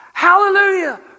Hallelujah